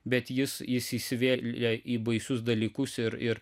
bet jis jis įsivėlė į baisius dalykus ir ir